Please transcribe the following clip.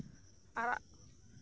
ᱟᱲᱟᱜ